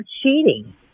cheating